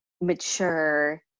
mature